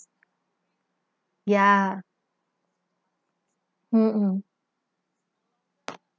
ya mmhmm